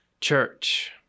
church